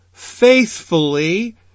Faithfully